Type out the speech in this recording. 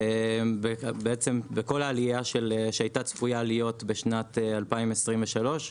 כל העלייה שהייתה צפויה להיות בשנת 2023,